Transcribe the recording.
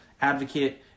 advocate